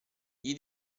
gli